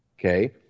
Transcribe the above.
Okay